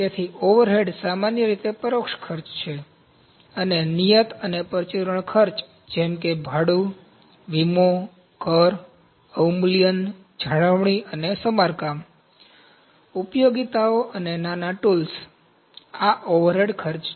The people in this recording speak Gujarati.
તેથી ઓવરહેડ સામાન્ય રીતે પરોક્ષ છે અને નિયત અને પરચુરણ ખર્ચ જેમ કે ભાડું વીમો કર અવમૂલ્યન જાળવણી અને સમારકામ ઉપયોગિતાઓ અને નાના ટૂલ્સ આ ઓવરહેડ ખર્ચ છે